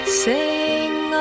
sing